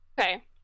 Okay